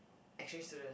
exchange student